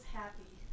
happy